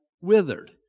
withered